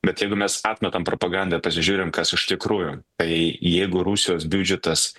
bet jeigu mes atmetam propagandą pasižiūrim kas iš tikrųjų tai jeigu rusijos biudžetas